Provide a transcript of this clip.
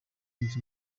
munsi